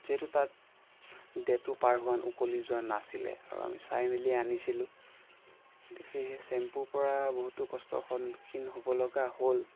যিহেতু তাত ডেটো পাৰ হোৱা উকলি যোৱা নাছিলে কাৰণ চাই মেলি আনিছিলোঁ সেয়েহে শ্ৱেম্পুৰ পৰা বহুতো কষ্টৰ সন্মুখীন হ'ব লগা হ'ল